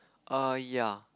uh ya